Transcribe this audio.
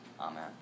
Amen